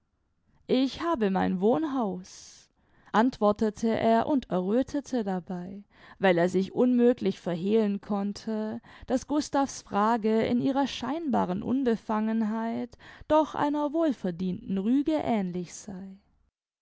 ich habe mein wohnhaus antwortete er und erröthete dabei weil er sich unmöglich verhehlen konnte daß gustav's frage in ihrer scheinbaren unbefangenheit doch einer wohlverdienten rüge ähnlich sei